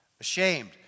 Ashamed